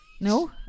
No